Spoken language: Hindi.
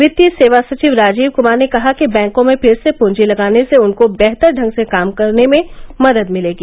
वित्तीय सेवा सचिव राजीव कुमार ने कहा कि बैंकों में फिर से पूंजी लगाने से उनको बेहतर ढंग से कामकाज करने में मदद मिलेगी